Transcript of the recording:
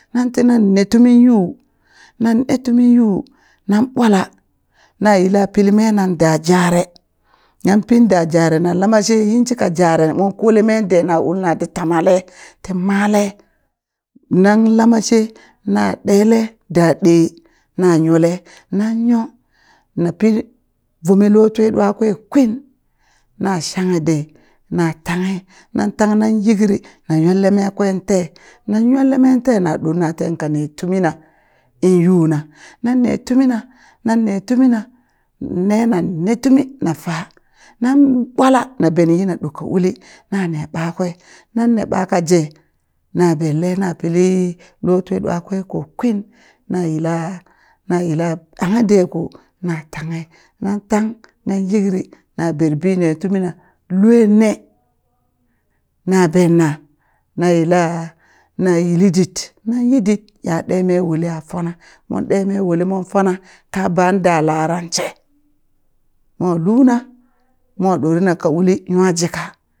Nan tinan ne tumin yu nan ne tumin yu nan ɓwala na yila pili meena da jare nan pin da jare nan lama shen yinshika jare mon kole meen de na ulati tamale ta male nan lame she na ɗele dan ɗee na nyole nan nyo na pi vumi lotwi ɗwakwe kwin na shanghe de na tanghe nan tang nan yikri na nyolle mee kwente nan nyolle mee kwente na ɗorna ten kane tumi na in yuna nanne tumina nan nee tumi nee nan ne tumi na fa na ɓwala na bene yikna ɗo ka uli nane ɓakwe nanne ɓaka je na ɓenle na pili lotwi ɗwa kwe ko kwin na yila na yila anghe ɗe ko na tanghe nan tangh nan yikri na ɓerbi ne tumina luen ne na benna na yila na yili dit na yili dit ya ɗeme woleha fona mon ɗe mee wole mon fona kaban da laran she mo luna mo ɗorena ka uli nwa jika